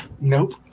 Nope